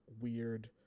weird